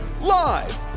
Live